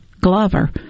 Glover